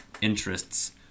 interests